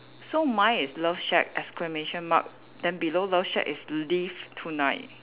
so my is love shack exclamation mark then below love shack is live tonight